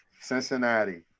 Cincinnati